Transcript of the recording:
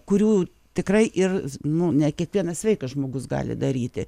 kurių tikrai ir nu ne kiekvienas sveikas žmogus gali daryti